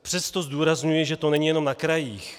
Přesto zdůrazňuji, že to není jenom na krajích.